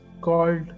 called